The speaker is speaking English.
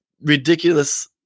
ridiculous